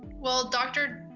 well, dr.